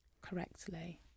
correctly